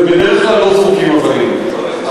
ובדרך כלל לא זורקים אבנים.